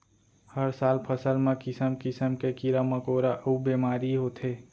हर साल फसल म किसम किसम के कीरा मकोरा अउ बेमारी होथे